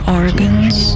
organs